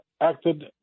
acted